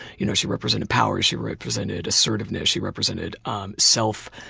you know she represented power. she represented assertiveness. she represented um self,